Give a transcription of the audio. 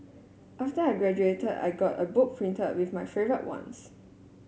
after I graduated I got a book printed with my ones